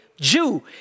Jew